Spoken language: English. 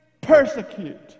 persecute